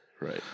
Right